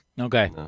okay